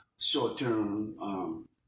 short-term